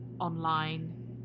online